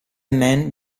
man